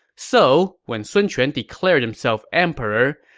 so when sun quan declares himself emperor,